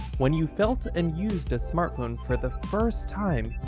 when you felt and used a smartphone for the first time,